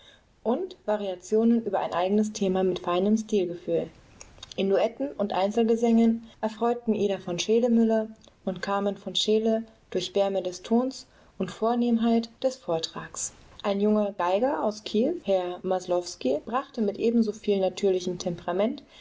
und variationen über ein eigenes thema mit feinem stilgefühl in duetten und einzelgesängen erfreuten ida v scheele-müller und carmen v scheele durch wärme des tons und vornehmheit des vortrags ein junger geiger aus kiew herr maslowski brachte mit ebensoviel natürlichem temperament